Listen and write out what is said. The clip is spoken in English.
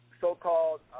so-called